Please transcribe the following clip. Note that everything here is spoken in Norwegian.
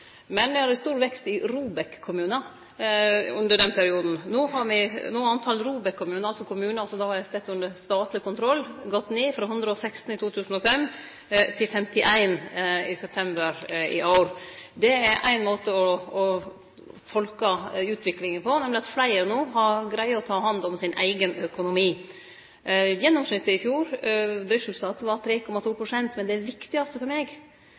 Men ein hadde stor vekst i ROBEK-kommunar i denne perioden. No har talet på ROBEK-kommunar – altså kommunar som står under statleg kontroll – gått ned, frå 116 i 2005 til 51 i september i år. Det er ein måte å tolke utviklinga på, nemleg at fleire no har greidd å ta hand om sin eigen økonomi. Gjennomsnittleg driftsresultat i fjor var 3,2 pst. Men det viktigaste for meg